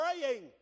praying